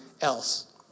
else